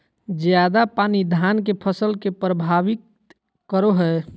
ज्यादा पानी धान के फसल के परभावित करो है?